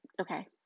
Okay